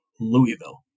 Louisville